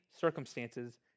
circumstances